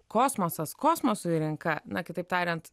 kosmosas kosmosui rinka na kitaip tariant